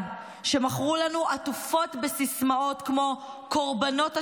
שמכרו לנו עטופים בסיסמאות כמו "קורבנות השלום".